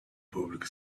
public